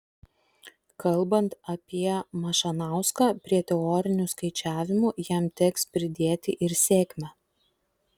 kalbant apie mašanauską prie teorinių skaičiavimų jam teks pridėti ir sėkmę